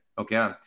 Okay